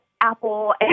Apple